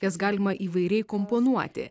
jas galima įvairiai komponuoti